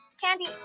candy